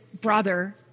brother